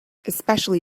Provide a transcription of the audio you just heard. especially